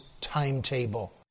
timetable